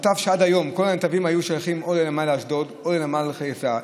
כל הנתבים היו שייכים לנמל אשדוד או לנמל חיפה.